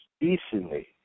easily